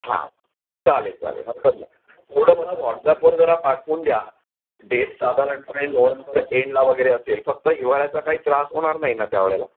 हां चालेल चालेल हरकत नाही थोडं मला व्हॉट्सॲपवर जरा पाठवून द्या डेट साधारणपणे नोहेंबर एंडला वगैरे असेल फक्त हिवाळ्याचा काही त्रास होणार नाही ना त्यावेळेला